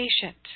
patient